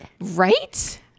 Right